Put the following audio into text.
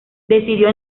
decidió